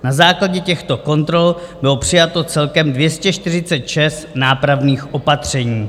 Na základě těchto kontrol bylo přijato celkem 246 nápravných opatření.